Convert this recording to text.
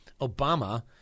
Obama